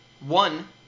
one